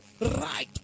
Right